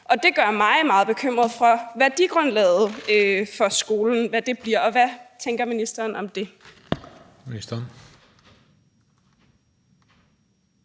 Det gør mig meget bekymret for, hvad værdigrundlaget for skolen bliver. Hvad tænker ministeren om det?